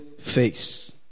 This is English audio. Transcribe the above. face